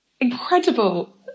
incredible